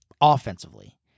offensively